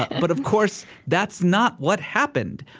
but of course, that's not what happened.